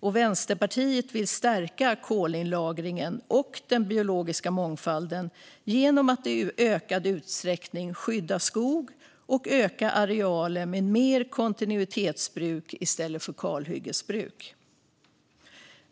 och Vänsterpartiet vill stärka kolinlagringen och den biologiska mångfalden genom att i ökad utsträckning skydda skog och öka arealen med mer kontinuitetsskogsbruk i stället för kalhyggesbruk.